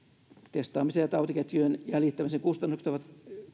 testaamisen ja tautiketjujen jäljittämisen kustannukset ovat